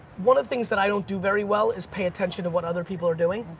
one of the things that i don't do very well is pay attention to what other people are doing.